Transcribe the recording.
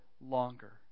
longer